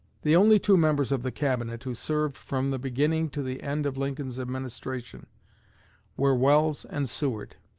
the only two members of the cabinet who served from the beginning to the end of lincoln's administration were welles and seward.